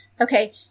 Okay